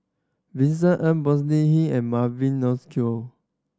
Vincent Ng Bonny Hick and Mavi